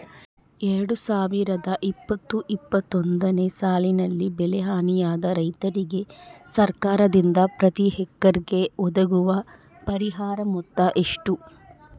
ಎರಡು ಸಾವಿರದ ಇಪ್ಪತ್ತು ಇಪ್ಪತ್ತೊಂದನೆ ಸಾಲಿನಲ್ಲಿ ಬೆಳೆ ಹಾನಿಯಾದ ರೈತರಿಗೆ ಸರ್ಕಾರದಿಂದ ಪ್ರತಿ ಹೆಕ್ಟರ್ ಗೆ ಒದಗುವ ಪರಿಹಾರ ಮೊತ್ತ ಎಷ್ಟು?